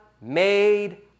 made